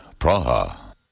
Praha